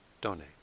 donate